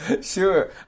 Sure